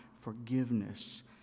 forgiveness